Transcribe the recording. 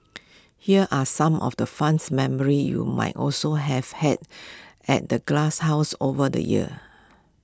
here are some of the funs memory you might also have had at the glasshouse over the years